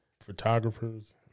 photographers